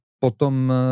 Potom